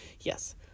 yes